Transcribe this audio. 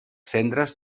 cendres